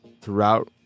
throughout